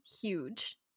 huge